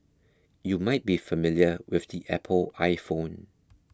you might be familiar with the Apple iPhone